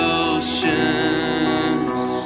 oceans